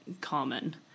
common